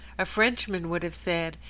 a frenchman would have said,